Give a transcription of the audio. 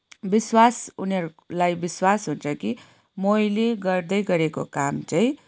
विश्वास उनीहरूलाई विश्वास हुन्छ कि मैले गर्दै गरेको काम चाहिँ